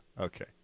Okay